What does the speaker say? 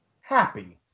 happy